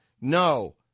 No